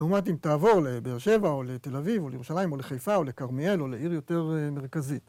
לעומת אם תעבור לבאר שבע, או לתל אביב, או לירושלים, או לחיפה, או לכרמיאל, או לעיר יותר מרכזית.